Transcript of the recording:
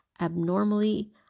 abnormally